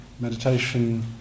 meditation